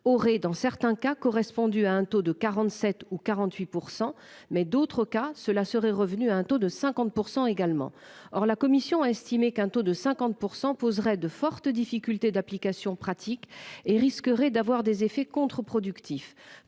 aurait dans certains cas correspondu à un taux de 47 ou 48% mais d'autres cas, cela serait revenu à un taux de 50% également. Or la commission a estimé qu'un taux de 50% poserait de fortes difficultés d'application, pratiques et risquerait d'avoir des effets contre-productifs